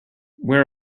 where